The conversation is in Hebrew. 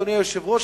אדוני היושב-ראש,